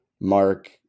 Mark